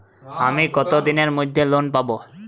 আমি কতদিনের মধ্যে লোন পাব?